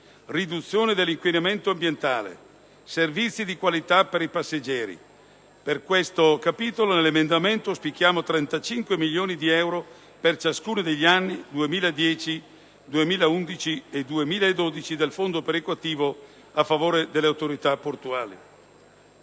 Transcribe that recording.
riduzione dell'inquinamento ambientale; servizi di qualità per i passeggeri. All'uopo, si auspica l'incremento di 35 milioni di euro per ciascuno degli anni 2010, 2011 e 2012 del Fondo perequativo a favore delle autorità portuali.